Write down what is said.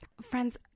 Friends